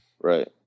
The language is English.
Right